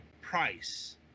price